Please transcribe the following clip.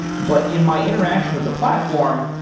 but in my interaction with the platform,